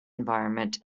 environment